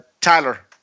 Tyler